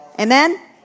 Amen